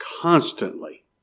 constantly